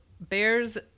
Bear's